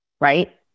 right